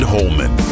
Holman